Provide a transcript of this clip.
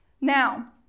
Now